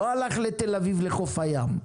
הוא לא הלך לתל אביב, לחוף הים.